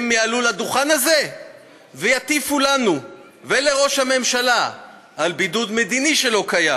הם יעלו לדוכן הזה ויטיפו לנו ולראש הממשלה על בידוד מדיני שלא קיים